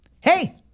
Hey